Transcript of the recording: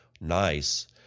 Nice